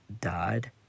died